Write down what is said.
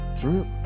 drip